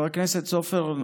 חבר הכנסת סופר,